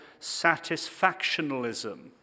satisfactionalism